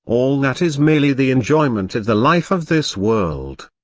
all that is merely the enjoyment of the life of this world.